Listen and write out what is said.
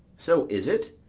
so is it,